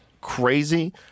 crazy